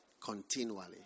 continually